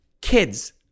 kids